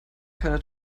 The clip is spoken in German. keine